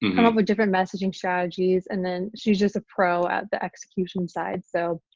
kind of different messaging strategies, and then she's just a pro at the execution side. so